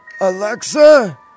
Alexa